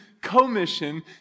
commission